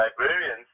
librarians